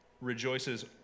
rejoices